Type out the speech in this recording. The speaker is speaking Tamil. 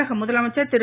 தமிழக முதலமைச்சர் திரு